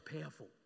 powerful